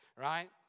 right